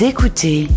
Écoutez